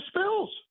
spills